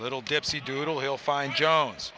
little dipsy doodle he'll find jones